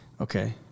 Okay